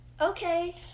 Okay